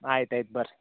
ಆಯ್ತು ಆಯ್ತು ಬರ್ರಿ